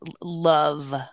love